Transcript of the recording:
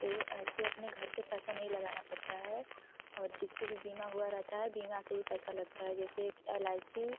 तो ऐसे अपने घर से पैसा नहीं लगाना पड़ता है और जिससे भी बीमा हुआ रहता है बीमा से ही पैसा लगता है जैसे एक एल आई सी